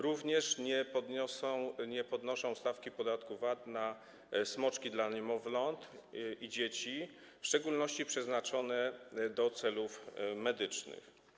Również nie podnoszą stawki podatku VAT na smoczki dla niemowląt i dzieci, w szczególności przeznaczone do celów medycznych.